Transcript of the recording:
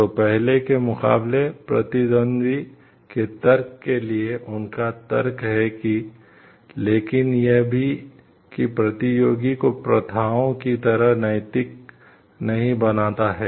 तो पहले के मुकाबले प्रतिद्वंद्वी के तर्क के लिए उनका तर्क है लेकिन यह भी कि प्रतियोगियों को प्रथाओं की तरह नैतिक नहीं बनाता है